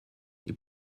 est